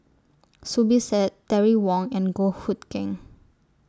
Zubir Said Terry Wong and Goh Hood Keng